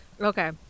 okay